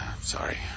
Sorry